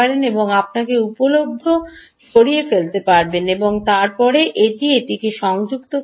এবং আপনাকে উপলব্ধ সরিয়ে ফেলতে পারবেন এবং তারপরে এটিকে সংযুক্ত করুন